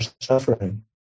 suffering